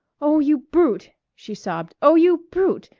oh, you brute! she sobbed. oh, you brute!